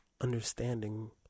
understanding